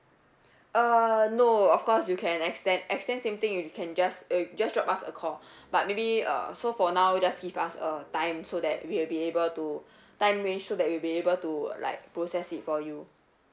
err no of course you can extend extend same thing if you can just it just drop us a call but maybe uh so for now just give us a time so that we'll be able to time range so that we'll be able to like process it for you